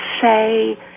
say